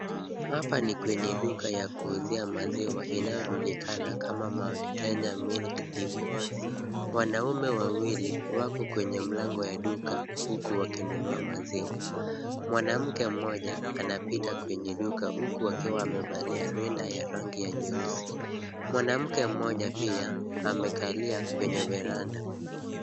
Hapa ni kwenye duka ya kuuzia maziwa inayojulikana kama Mount Kenya Milk Depot .Wanaume wawili wako kwenye mlango wa duka huku wakinunua maziwa. Mwanamke mmoja anapita kwenye duka huku akiwa amevalia rinda ya rangi nyeusi. Mwanamke mmoja pia, amekalia kwenye [c]veranda[c].